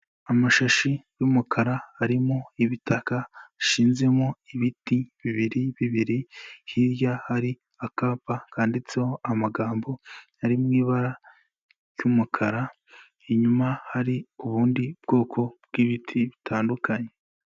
Amashashi y'umukara arimo ibitaka, ashizemo ibiti bibiri bibiri, hirya hari akapa kanditseho amagambo ari mu ibara ry'umukara, inyuma hari ubundi bwoko bw'ibiti bitandukanye.